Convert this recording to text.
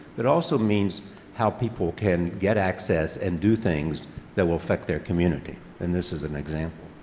it also means how people can get access and do things that will affect their community, and this is an example.